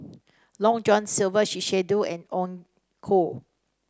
Long John Silver Shiseido and Onkyo